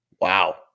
Wow